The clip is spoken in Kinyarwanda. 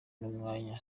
n’umwanya